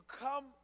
come